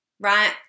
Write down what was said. right